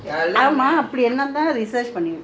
என்னா வேல செஞ்சீங்க உங்க:enna vela senjingga R&D leh